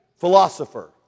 philosopher